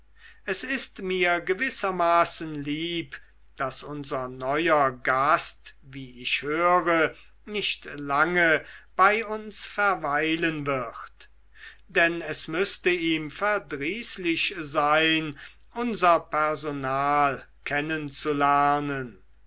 es ist mir gewissermaßen lieb daß unser neuer gast wie ich höre nicht lange bei uns verweilen wird denn es müßte ihm verdrießlich sein unser personal